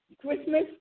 Christmas